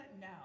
now